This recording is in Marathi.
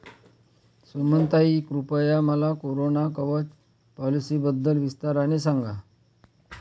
सुमनताई, कृपया मला कोरोना कवच पॉलिसीबद्दल विस्ताराने सांगा